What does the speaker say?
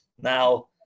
now